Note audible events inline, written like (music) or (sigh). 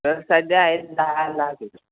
sir सध्या आहेत दहा (unintelligible)